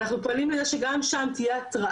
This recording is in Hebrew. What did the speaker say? שהוא ידע לא ברמת התאריך,